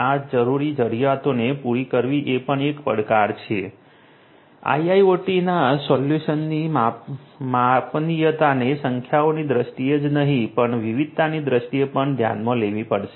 આ જરૂરી જરૂરિયાતોને પૂરી કરવી એ પણ એક પડકાર છે IIoT સોલ્યુશન્સની માપનીયતાને સંખ્યાઓની દ્રષ્ટિએ જ નહીં પણ વિવિધતાની દ્રષ્ટિએ પણ ધ્યાનમાં લેવી પડશે